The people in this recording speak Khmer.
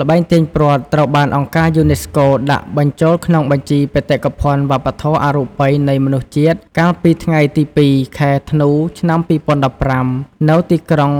ល្បែងទាញព្រ័ត្រ ត្រូវបានអង្គការយូណេស្កូ ដាក់បញ្ចូលក្នុងបញ្ជី បេតិកភណ្ឌវប្បធម៌អរូបីនៃមនុស្សជាតិ កាលពី ថ្ងៃទី២ ខែធ្នូ ឆ្នាំ២០១៥ នៅទីក្រុង